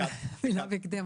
המילה 'בהקדם',